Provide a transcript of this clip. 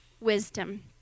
wisdom